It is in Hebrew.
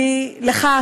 לך,